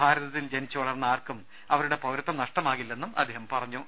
ഭാരതത്തിൽ ജനിച്ചുവളർന്ന ആർക്കും അവരുടെ പൌരത്വം നഷ്ടമാകില്ലെന്നും അദ്ദേഹം പറഞ്ഞു